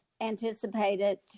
anticipated